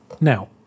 Now